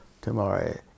tomorrow